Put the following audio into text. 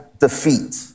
defeat